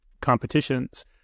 competitions